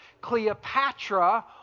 Cleopatra